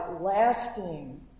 lasting